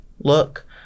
look